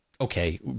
Okay